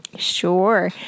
Sure